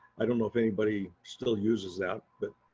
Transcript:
i don't know if anybody still uses that but